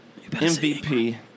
MVP